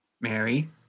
Mary